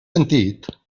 sentit